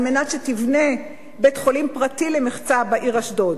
על מנת שתבנה בית-חולים פרטי למחצה בעיר אשדוד.